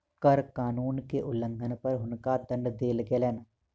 कर कानून के उल्लंघन पर हुनका दंड देल गेलैन